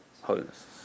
holiness